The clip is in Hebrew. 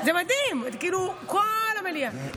כל המליאה.